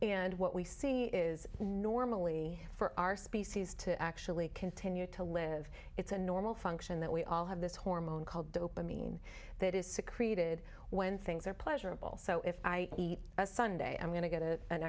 and what we see is normally for our species to actually continue to live it's a normal function that we all have this hormone called open mean that is secreted when things are pleasurable so if i eat a sunday i'm going to g